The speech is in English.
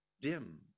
dim